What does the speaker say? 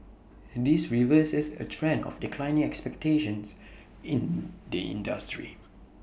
this reverses A trend of declining expectations in the industry